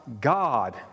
God